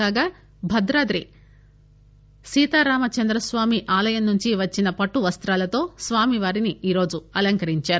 కాగా భద్రాద్రి సీతారామచంద్ర స్వామి ఆలయం నుంచి వచ్చిన పట్టువస్తాలతో స్వామివారిని ఈరోజు అలంకరించారు